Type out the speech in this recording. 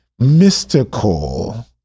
mystical